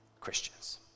Christians